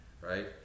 right